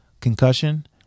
Concussion